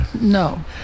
No